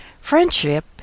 Friendship